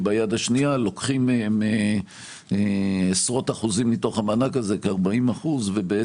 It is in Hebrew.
וביד השנייה לוקחים כ-40% מהמענק הזה ומקטינים